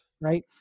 right